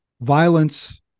Violence